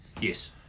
Yes